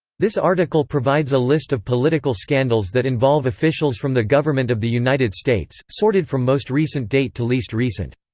this article provides a list of political scandals that involve officials from the government of the united states, sorted from most recent date to least recent.